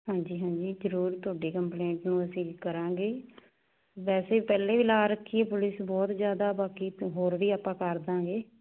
ਹਾਂਜੀ ਹਾਂਜੀ ਜ਼ਰੂਰ ਤੁਹਾਡੀ ਕੰਪਲੇਂਟ ਨੂੰ ਅਸੀਂ ਕਰਾਂਗੇ ਵੈਸੇ ਪਹਿਲੇ ਵੀ ਲਾ ਰੱਖੀ ਹੈ ਪੁਲਿਸ ਬਹੁਤ ਜ਼ਿਆਦਾ ਬਾਕੀ ਹੋਰ ਵੀ ਆਪਾਂ ਕਰ ਦਾਂਗੇ